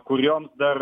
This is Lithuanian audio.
kurioms dar